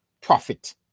profit